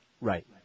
Right